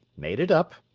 made it up,